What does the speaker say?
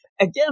again